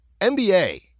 NBA